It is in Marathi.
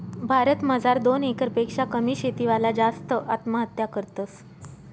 भारत मजार दोन एकर पेक्शा कमी शेती वाला जास्त आत्महत्या करतस